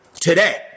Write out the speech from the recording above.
today